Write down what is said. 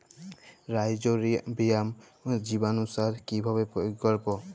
Rhizobium জীবানুসার কিভাবে প্রয়োগ করব?